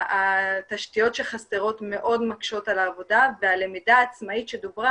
התשתיות שחסרות מאוד מקשות על העבודה והלמידה העצמית שדוברה